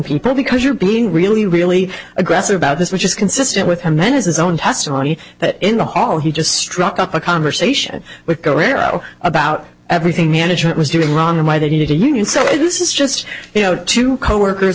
people because you're being really really aggressive about this which is consistent with him then is his own testimony that in the hall he just struck up a conversation with go arrow about everything management was doing wrong and why they needed a union so this is just you know two coworkers